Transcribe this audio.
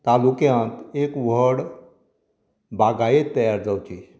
तालुक्यांत एक व्हड बागायत तयार जावची